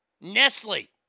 Nestle